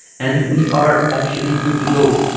and we are actually good to go